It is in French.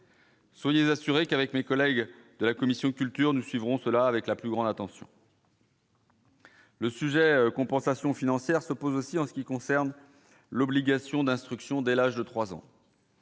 Soyez assuré qu'avec mes collègues de la commission culture, nous suivrons cela avec la plus grande attention. Le sujet compensation financière se pose aussi en ce qui concerne l'obligation d'instruction dès l'âge de 3 ans.